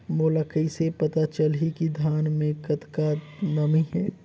मोला कइसे पता चलही की धान मे कतका नमी हे?